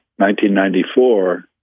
1994